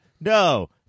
no